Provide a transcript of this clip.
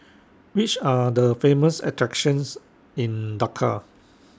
Which Are The Famous attractions in Dhaka